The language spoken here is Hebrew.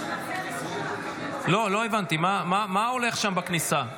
לא הבנתי, מה הולך שם בכניסה?